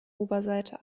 oberseite